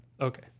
Okay